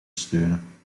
steunen